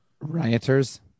Rioters